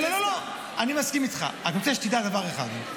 אני מסכים איתך, אני רק רוצה שתדע דבר אחד.